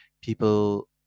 people